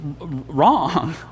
wrong